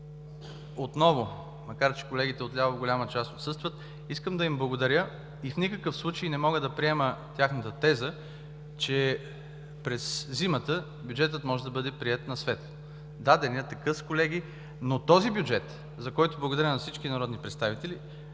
отново, макар че колегите отляво в голяма част отсъстват, искам да им благодаря и в никакъв случай не мога да приема тяхната теза, че през зимата бюджетът може да бъде приет на светло. Да, денят е къс, колеги, но този бюджет, за който благодаря на всички народни представители,